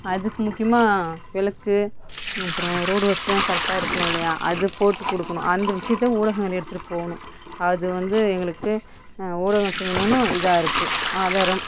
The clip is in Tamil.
அதுக்கு முக்கியமான விளக்கு அப்புறோம் ரோடு வசதியெல்லாம் கரெக்டாக இருக்கணும் இல்லையா அது போட்டு கொடுக்குணும் அந்த விஷயத்த ஊடகங்கள் எடுத்துகிட்டு போகணும் அது வந்து எங்களுக்கு ஊடகம் செய்யணுன்னு இதாக இருக்குது ஆதாரம்